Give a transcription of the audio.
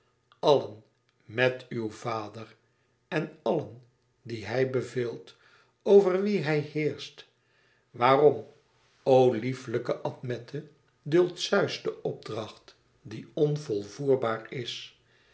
allen met uw vader en allen die hij beveelt over wie hij heerscht waarom o lieflijke admete duldt zeus den opdracht die onvolvoerbaar is